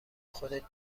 خودت